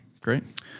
great